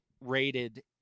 rated